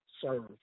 serve